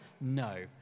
No